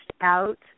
out